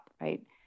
right